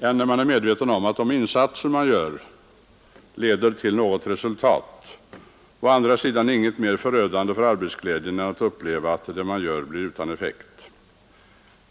än när man är medveten om att de insatser man gör leder till något resultat. Å andra sidan är inget mer förödande för arbetsglädjen än att uppleva att det man gör blir utan effekt.